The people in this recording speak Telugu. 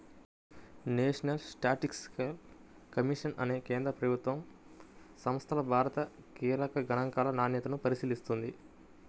నేషనల్ స్టాటిస్టికల్ కమిషన్ అనే కేంద్ర ప్రభుత్వ సంస్థ భారత కీలక గణాంకాల నాణ్యతను పరిశీలిస్తుంది